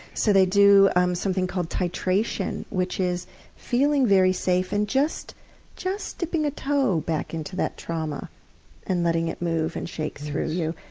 so they do um something called titration, which is feeling very safe and just just dipping a toe back into that trauma and letting it move and shake through you,